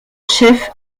chef